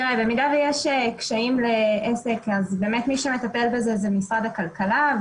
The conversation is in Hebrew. אם יש קשיים לעסק, מי שמטפל בזה זה משרד הכלכלה.